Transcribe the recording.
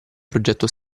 progetto